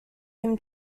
him